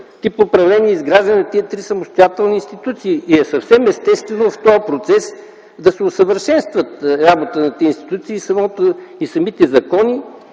тип управление и изграждане на тези три самостоятелни институции. Съвсем естествено е в този процес да се усъвършенства работата на тези институции и самите закони.